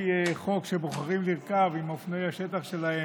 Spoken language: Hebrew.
חוק שבוחרים לרכוב עם אופני השטח שלהם